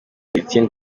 etienne